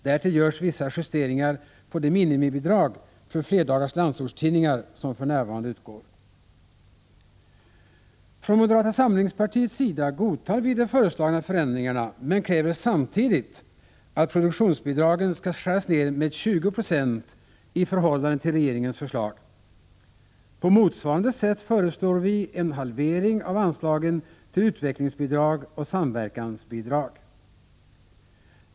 Därtill görs vissa justeringar på de minimibidrag för flerdagars landsortstidningar som för närvarande utgår. Från moderata samlingspartiets sida godtar vi de föreslagna förändringarna men kräver samtidigt att produktionsbidragen skall skäras ned med 20 96 i förhållande till regeringens förslag. På motsvarande sätt föreslår vi en halvering av anslagen till utvecklingsbidrag och samverkansbidrag.